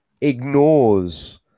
ignores